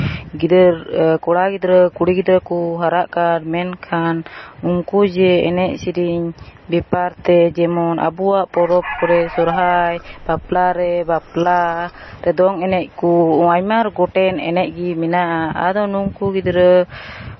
ᱜᱤᱫᱟᱹᱨ ᱠᱚᱲᱟ ᱜᱤᱫᱽᱨᱟᱹ ᱠᱩᱲᱤ ᱜᱤᱫᱽᱨᱟᱹ ᱠᱚ ᱦᱟᱨᱟᱜ ᱠᱟᱱ ᱢᱮᱱᱠᱷᱟᱱ ᱩᱱᱠᱩ ᱡᱮ ᱮᱱᱮᱡ ᱥᱮᱨᱮᱧ ᱵᱮᱯᱟᱨ ᱛᱮ ᱡᱮᱢᱚᱱ ᱟᱵᱚᱣᱟᱜ ᱯᱚᱨᱚᱵᱽ ᱠᱚᱨᱮ ᱥᱚᱨᱦᱟᱭ ᱵᱟᱯᱞᱟ ᱨᱮ ᱵᱟᱯᱞᱟ ᱨᱮ ᱫᱚᱝ ᱮᱱᱮᱡ ᱠᱚ ᱟᱭᱢᱟ ᱨᱚᱠᱚᱢ ᱮᱱᱮᱡ ᱜᱮ ᱢᱮᱱᱟᱜᱼᱟ ᱟᱫᱚ ᱱᱩᱝᱠᱩ ᱜᱤᱫᱽᱨᱟᱹ